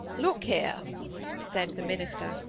look here said the minister,